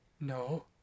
no